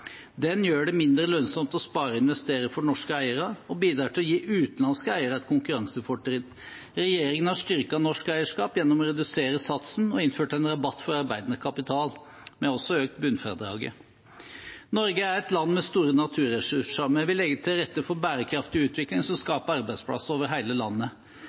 Den gjør det mindre lønnsomt å spare og investere for norske eiere og bidrar til å gi utenlandske eiere et konkurransefortrinn. Regjeringen har styrket norsk eierskap gjennom å redusere satsen og innført en rabatt for arbeidende kapital. Vi har også økt bunnfradraget. Norge er et land med store naturressurser. Vi vil legge til rette for en bærekraftig utvikling som skaper arbeidsplasser over hele landet.